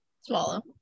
swallow